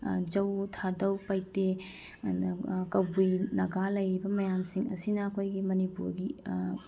ꯖꯧ ꯊꯥꯗꯧ ꯄꯥꯏꯇꯦ ꯑꯗ ꯀꯕꯨꯏ ꯅꯥꯒꯥ ꯂꯩꯔꯤꯕ ꯃꯌꯥꯝꯁꯤꯡ ꯑꯁꯤꯅ ꯑꯩꯈꯣꯏꯒꯤ ꯃꯅꯤꯄꯨꯔꯒꯤ